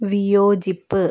വിയോജിപ്പ്